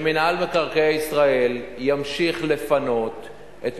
שמינהל מקרקעי ישראל ימשיך לפנות את